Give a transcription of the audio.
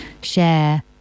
share